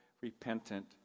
repentant